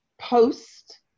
post